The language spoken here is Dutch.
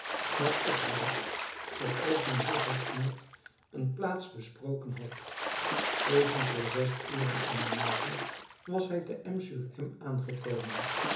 waarop hij zooals men zich herinnert een plaats besproken had even voor zes uren in den morgen was hij te